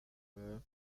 meurent